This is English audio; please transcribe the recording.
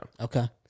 Okay